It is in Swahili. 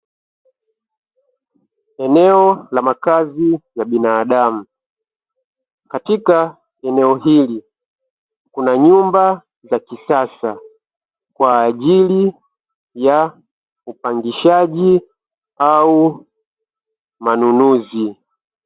Eneo la makazi ya binadamu, katika eneo hili kuna nyumba za kisasa kwa ajili ya upangishaji au manunuzi.